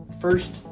first